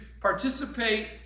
participate